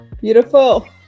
beautiful